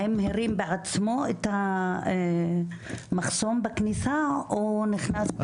האם הרים בעצמו את המחסום בכניסה או נכנס --?